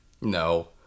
No